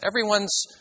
Everyone's